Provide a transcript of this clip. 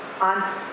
on